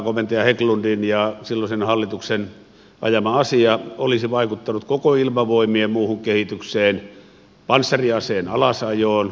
tämä komentaja hägglundin ja silloisen hallituksen ajama asia olisi vaikuttanut koko ilmavoimien muuhun kehitykseen panssariaseen alasajoon